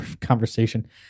conversation